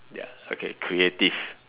ya okay creative